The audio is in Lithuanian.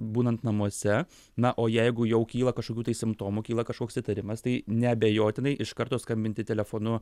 būnant namuose na o jeigu jau kyla kažkokių tai simptomų kyla kažkoks įtarimas tai neabejotinai iš karto skambinti telefonu